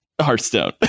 hearthstone